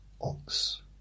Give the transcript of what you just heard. Ox